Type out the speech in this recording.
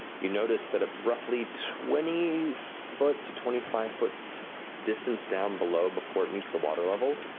you notice that at roughly twenty foot to twenty five foot distance down below, before it meets the water level,